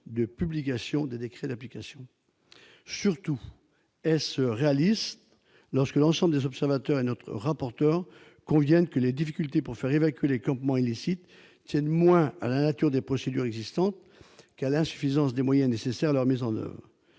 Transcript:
de publication des décrets d'application ? Surtout, est-ce réaliste lorsque l'ensemble des observateurs et notre rapporteur conviennent que les difficultés pour faire évacuer les campements illicites tiennent moins à la nature des procédures existantes qu'à l'insuffisance des moyens nécessaires à leur mise en oeuvre ?